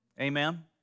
Amen